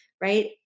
right